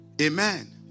Amen